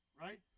right